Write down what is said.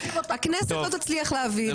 הכנסת לא תצליח להביא את זה,